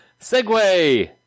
Segway